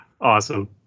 Awesome